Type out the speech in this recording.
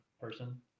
person